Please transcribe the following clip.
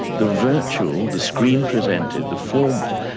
the virtual, the screen presented, the formal,